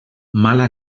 mala